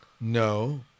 No